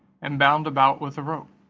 and bound about with a rope